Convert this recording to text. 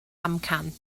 amcan